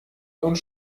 und